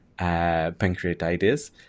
pancreatitis